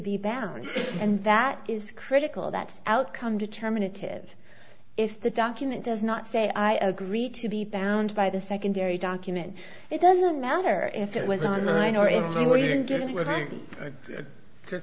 be bound and that is critical that outcome determinative if the document does not say i agree to be bound by the secondary document it doesn't matter if it was on the line or